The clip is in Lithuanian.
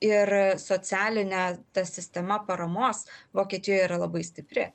ir socialinė ta sistema paramos vokietijoje yra labai stipri